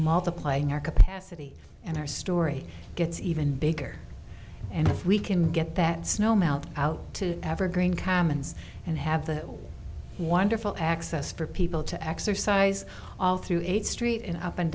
multiplying our capacity and our story gets even bigger and if we can get that snow melt out to evergreen commons and have the wonderful access for people to exercise all through eight street and up and